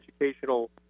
educational